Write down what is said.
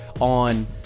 on